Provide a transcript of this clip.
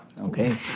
Okay